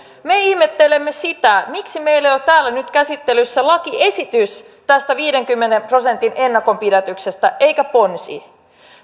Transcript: viittasi me ihmettelemme sitä miksi meillä ei ole täällä nyt käsittelyssä lakiesitystä tästä viidenkymmenen prosentin ennakonpidätyksestä vaan ponsi